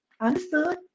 Understood